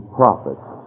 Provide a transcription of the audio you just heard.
prophets